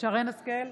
שרן מרים השכל,